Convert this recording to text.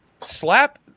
slap